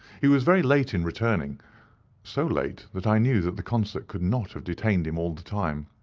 he was very late in returning so late, that i knew that the concert could not have detained him all the time.